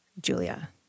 Julia